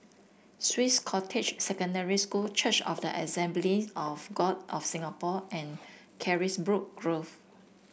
Swiss Cottage Secondary School Church of the Assemblies of God of Singapore and Carisbrooke Grove